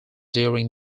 during